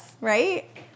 right